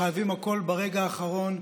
חייבים הכול ברגע האחרון,